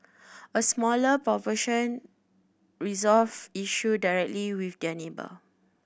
a smaller proportion resolved issue directly with their neighbour